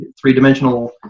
three-dimensional